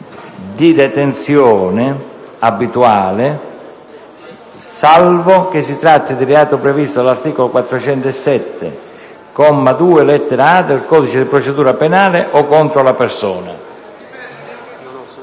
di detenzione, salvo che si tratti di reato previsto dall'articolo 407, comma 2, lettera *a)*, del codice di procedura penale o contro la persona"».